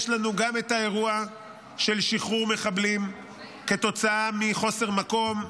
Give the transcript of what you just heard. יש לנו גם את האירוע של שחרור מחבלים כתוצאה מחוסר מקום.